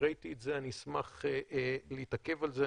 ראיתי את זה, אני אשמח להתעכב על זה.